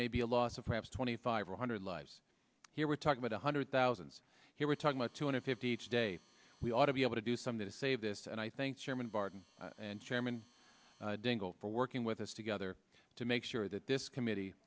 maybe a loss of perhaps twenty five or hundred lives here we're talking about one hundred thousands here we're talking about two hundred fifty today we ought to be able to do something to save this and i thank chairman barton and chairman dingell for working with us together to make sure that this committee